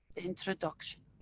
introduction.